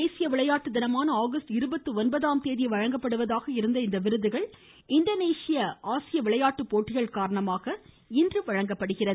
தேசிய விளையாட்டு தினமான முன்னதாக கேதி வழங்கப்படுவதாக இருந்த இந்த விருதுகள் இந்தோனேியா ஆசிய விளையாட்டு போட்டிகள் காரணமாக இன்று வழங்கப்படுகிறது